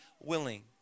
willing